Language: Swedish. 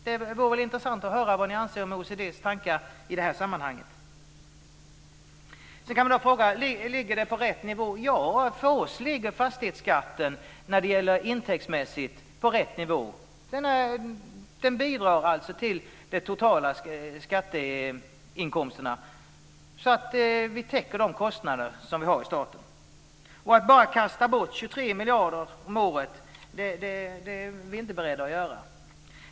Det vore intressant att höra vad ni anser om OECD:s tankar i det här sammanhanget. Ligger fastighetsskatten på rätt nivå? För oss ligger fastighetsskatten intäktsmässigt på rätt nivå. Den bidrar till de totala skatteinkomsterna så att vi täcker de kostnader vi har i staten. Att bara kasta bort 23 miljarder om året är vi inte beredda att göra.